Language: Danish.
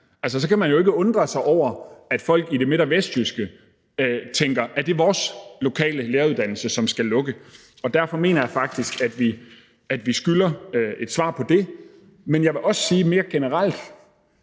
Altså, så kan man jo ikke undre sig over, at folk i det midt- og vestjyske tænker: Er det vores lokale læreruddannelse, som skal lukke? Derfor mener jeg faktisk, at vi skylder et svar på det. Men jeg vil også mere generelt